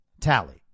tally